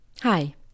Hi